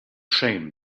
shame